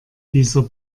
dieser